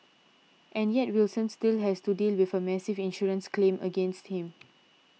and yet Wilson still has to deal with a massive insurance claim against him